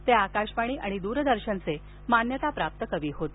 ते आकाशवाणी आणि द्रदर्शनचे मान्यता प्राप्त कवी होते